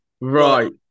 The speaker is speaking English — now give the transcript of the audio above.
Right